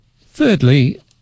Thirdly